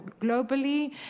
globally